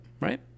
right